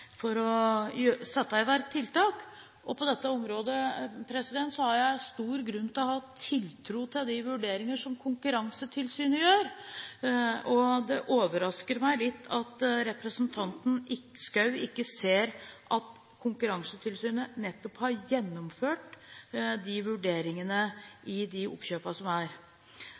i verk tiltak. På dette området har jeg stor grunn til å ha tiltro til de vurderinger som Konkurransetilsynet gjør. Det overrasker meg litt at representanten Schou ikke ser at Konkurransetilsynet nettopp har gjennomført vurderinger av de oppkjøpene som har vært. Så er